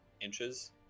inches